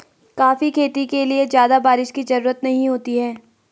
coffee खेती के लिए ज्यादा बाऱिश की जरूरत नहीं होती है